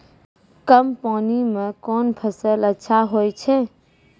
कम पानी म कोन फसल अच्छाहोय छै?